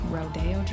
Rodeo